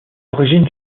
origines